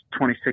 26